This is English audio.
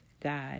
God